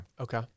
Okay